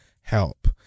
help